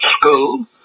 school